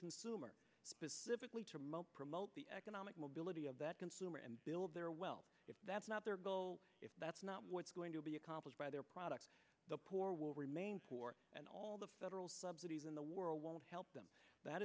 consumer specifically to promote the economic mobility of that consumer and build their well if that's not their goal if that's not what's going to be accomplished by their products the poor will remain poor and all the federal subsidies in the world won't help them that